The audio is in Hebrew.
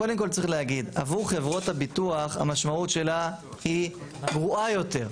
קודם כל צריך להגיד: עבור חברות הביטוח המשמעות שלה היא גרועה יותר.